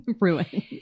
ruined